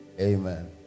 Amen